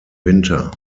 winter